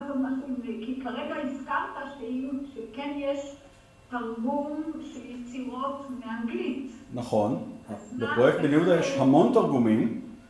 כי כרגע הזכרת שכן יש תרגום של יצירות מאנגלית. נכון, בפרויקט בן יהודה יש המון תרגומים.